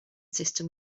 system